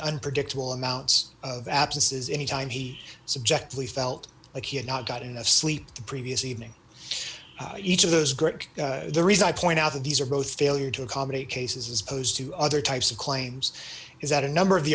unpredictable amounts of absences any time he subjectively felt like he had not got enough sleep the previous evening each of those gripped the reason i point out that these are both failure to accommodate cases as opposed to other types of claims is that a number of the